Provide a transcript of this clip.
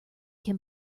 can